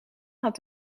had